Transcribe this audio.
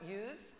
use